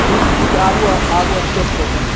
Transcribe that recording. ठीक छै ठीक छै आबू अहाँ हम चौक पर छी